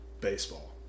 baseball